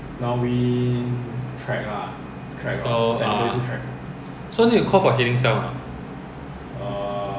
ya wait that one later part so a beam threshold 还是 a beam end of runway 才 start clock